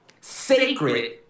sacred